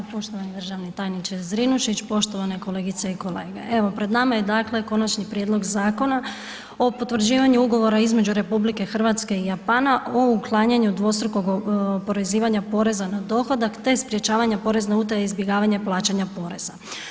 Poštovani državni tajniče Zrinušić, poštovane kolegice i kolege, evo pred nama je dakle Konačni prijedlog Zakona o potvrđivanju Ugovora između RH i Japana o uklanjanju dvostrukog oporezivanja poreza na dohodak te sprječavanje porezne utaje i izbjegavanja plaćanja poreza.